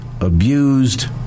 abused